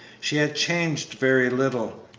she had changed very little.